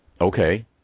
Okay